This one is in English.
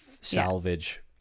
salvage